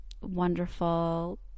wonderful